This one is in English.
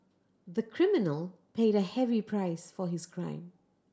the criminal paid a heavy price for his crime